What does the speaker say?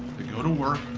they go to work,